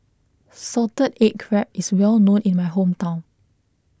Salted Egg Crab is well known in my hometown